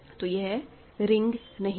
तो यह रिंग नहीं है